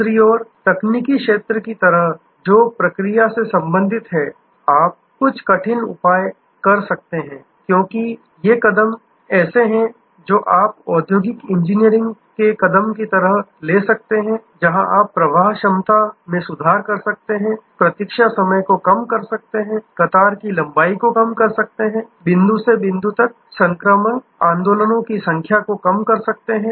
दूसरी ओर तकनीकी क्षेत्र की तरह जो प्रक्रिया से संबंधित हैं आप कुछ कठिन उपाय कर सकते हैं क्योंकि ये ऐसे कदम हैं जो आप औद्योगिक इंजीनियरिंग कदम की तरह ले सकते हैं जहां आप प्रवाह क्षमता थ्रूपुट में सुधार कर सकते हैं प्रतीक्षा समय को कम कर सकते हैं कतार की लंबाई को कम कर सकते हैं बिंदु से बिंदु तक संक्रामक आंदोलनों की संख्या को कम कर सकते हैं